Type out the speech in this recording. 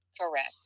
correct